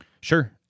Sure